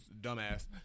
dumbass